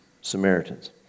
Samaritans